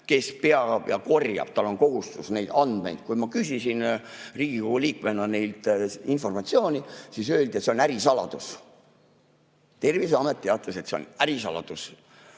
neid andmeid korjama, tal on kohustus. Kui ma küsisin Riigikogu liikmena neilt informatsiooni, siis öeldi, et see on ärisaladus. Terviseamet teatas, et see on ärisaladus!